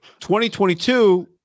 2022